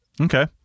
okay